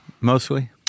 mostly